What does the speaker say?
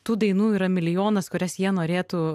tų dainų yra milijonas kurias jie norėtų